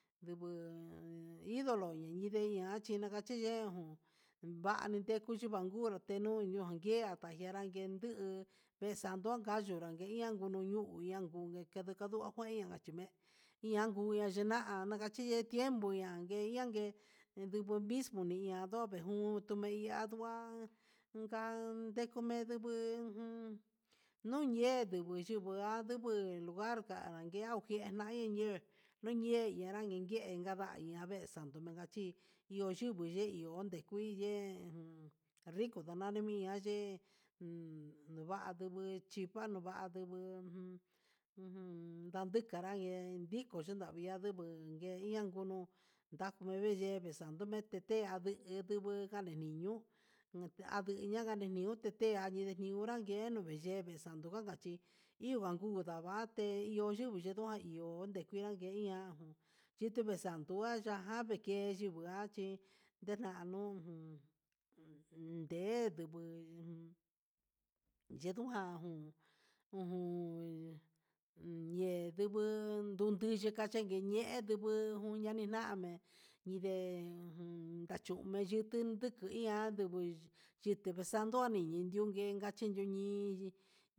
Ndubuu idolo chi nakaña chi nakachinde jun, kanite xhi bangul tenui ndio ndonguera naguaden nguiu vesando ka'a xhi nague nradiono nuu hu ihan ngue kidikadu nakachime iannguu nakachina nakachiye tiempo, ñanngue yangue en nduu mismo hí adobe jun teyuava'a ungan dekome yunguu jun nuye ndivi yungu ha ndubuu lugar ka'a anguea nanjuin ihe nungue narangue ihé en kadaña mengachi iho yunguu nde iho kui ndé un rico ndanani ihá, ye jun nuva'a ndubuu chivanda jun ujun ndaduka nra ye'e viko chindia ndugu ngue iha unu ndakueye xanduu ete andugu kane'e nuñu andue ngana ne ñu'u ndete aneriunga keno veyeve xando nga na chí hiban kuva'a ndavaté iho yividua ihó ndekuan jiña'a jun yivi xandua yava'a veke yua chí ndenanu jun nde ndugu yudun ján jun ñe'e ndunguu endunduju kachi ñe'e ndubu jun nani ña'a né nindé un chú meyutu nduku ihan ndunguu xhi vexando xhindio unguenga yunii.